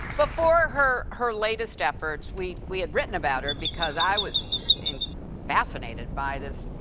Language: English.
before her her latest efforts, we we had written about her because i was fascinated by this, you